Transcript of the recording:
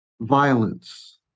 violence